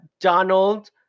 donald